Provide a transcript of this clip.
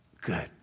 Good